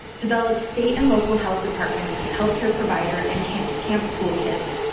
develop state and local health department, healthcare provider and camp camp toolkits,